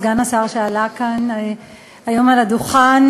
סגן השר שעלה כאן היום על הדוכן,